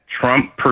Trump